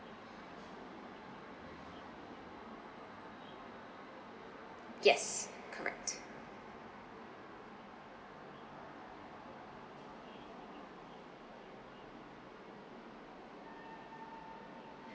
yes correct